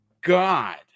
god